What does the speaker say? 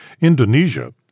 Indonesia